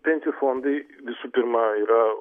pensijų fondai visų pirma yra